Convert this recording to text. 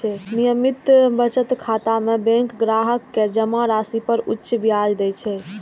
नियमित बचत खाता मे बैंक ग्राहक कें जमा राशि पर उच्च ब्याज दै छै